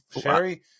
Sherry